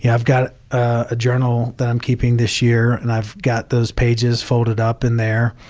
yeah i've got a journal that i'm keeping this year and i've got those pages folded up in there,